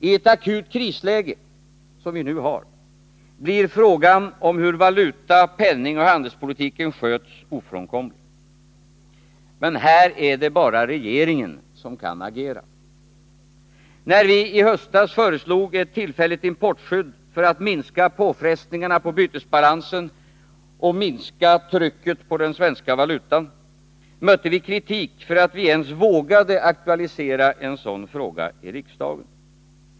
I ett akut krisläge som det vi nu har blir frågan om hur valuta-, penningoch handelspolitiken sköts ofrånkomlig. Men här är det bara regeringen som kan agera. När vi i höstas föreslog ett tillfälligt importskydd för att minska påfrestningarna på bytesbalansen och minska trycket på den svenska valutan, mötte vi kritik för att vi ens vågade aktualisera en sådan fråga i riksdagen.